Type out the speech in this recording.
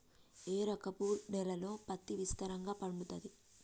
ఏ రకపు నేలల్లో పత్తి విస్తారంగా పండుతది?